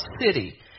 city